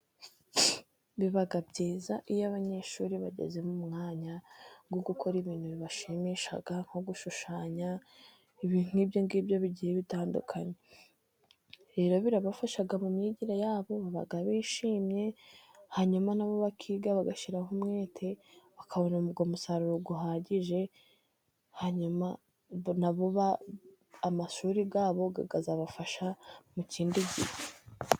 Biba byiza iyo abanyeshuri bageze, mu mwanya wo gukora ibintu bibashimisha, nko gushushanya ibintu nk'ibyo ngibyo bigiye bitandukanye, rero birabafasha mu myigire yabo baba bishimye, hanyuma nabo bakiga bagashyiraho umwete, bakabona umusaruro uhagije, hanyuma mbona amashuri yabo, azabafasha mu kindi gihe.